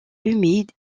humide